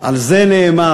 על זה נאמר: